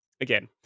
again